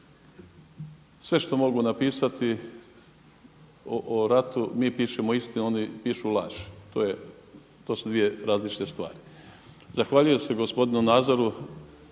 sve što mogu napisati o ratu mi pišemo istinu, oni pišu laž. To su dvije različite stvari. Zahvaljujem se gospodinu Nazoru